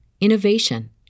innovation